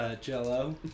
Jell-O